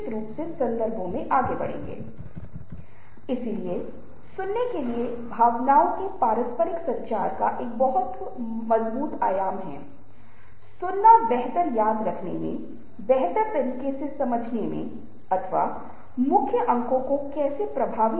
वास्तव में यह एक ऐसा क्षेत्र है जिसे इंट्रपर्सनल कम्युनिकेशन कहा जाता है जिसका अर्थ है कि इससे पहले कि हम दूसरों के साथ संवाद करना शुरू करें हमें बहुत परिपक्व होना होगा कि मेरे साथ मेरा संचार बहुत प्रभावी हो